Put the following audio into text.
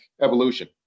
evolution